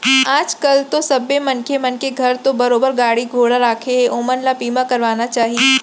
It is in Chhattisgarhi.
आज कल तो सबे मनखे मन के घर तो बरोबर गाड़ी घोड़ा राखें हें ओमन ल बीमा करवाना चाही